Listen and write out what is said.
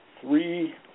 three